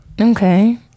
Okay